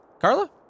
Carla